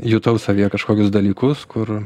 jutau savyje kažkokius dalykus kur